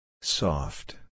Soft